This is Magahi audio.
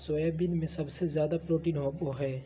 सोयाबीन में सबसे ज़्यादा प्रोटीन होबा हइ